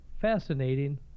fascinating